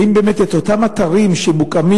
האם באמת את אותם אתרים שמוקמים,